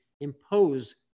impose